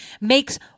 makes